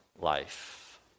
life